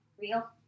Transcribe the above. real